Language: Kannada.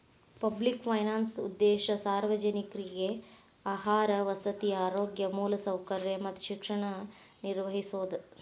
ಪಬ್ಲಿಕ್ ಫೈನಾನ್ಸ್ ಉದ್ದೇಶ ಸಾರ್ವಜನಿಕ್ರಿಗೆ ಆಹಾರ ವಸತಿ ಆರೋಗ್ಯ ಮೂಲಸೌಕರ್ಯ ಮತ್ತ ಶಿಕ್ಷಣ ನಿರ್ವಹಿಸೋದ